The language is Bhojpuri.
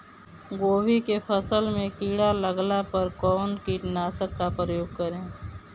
गोभी के फसल मे किड़ा लागला पर कउन कीटनाशक का प्रयोग करे?